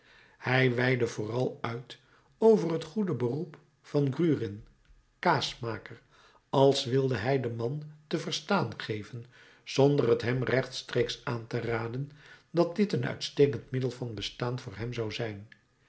hij weidde vooral uit over het goede beroep van den grurin kaasmaker als wilde hij den man te verstaan geven zonder het hem rechtstreeks aan te raden dat dit een uitstekend middel van bestaan voor hem zou zijn